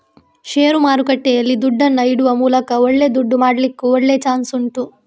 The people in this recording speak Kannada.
ಷೇರು ಮಾರುಕಟ್ಟೆಯಲ್ಲಿ ದುಡ್ಡನ್ನ ಇಡುವ ಮೂಲಕ ಒಳ್ಳೆ ದುಡ್ಡು ಮಾಡ್ಲಿಕ್ಕೂ ಒಳ್ಳೆ ಚಾನ್ಸ್ ಉಂಟು